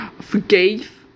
forgave